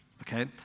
okay